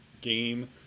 game